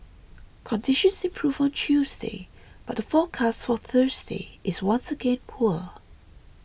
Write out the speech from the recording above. conditions improved on Tuesday but the forecast for Thursday is once again poor